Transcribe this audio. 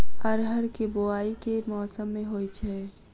अरहर केँ बोवायी केँ मौसम मे होइ छैय?